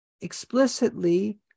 explicitly